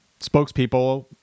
spokespeople –